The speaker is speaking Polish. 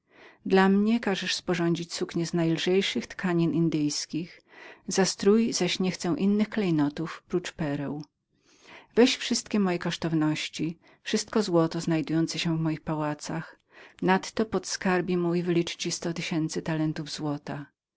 do mnie każesz mi sporządzić suknie z najlżejszych tkanin indyjskich za strój zaś nie chcę innych klejnotów prócz pereł weź wszystkie moje klejnoty wszystkie złoto znajdujące się w moich pałacach nadto podskarbi mój wyliczy ci sto tysięcy talentów złota